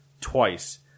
twice